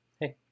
hey